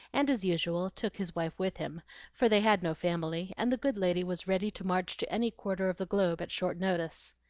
and as usual took his wife with him for they had no family, and the good lady was ready to march to any quarter of the globe at short notice.